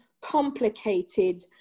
complicated